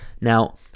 Now